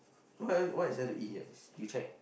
what is there to eat here you check